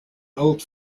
old